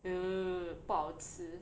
uh 不好吃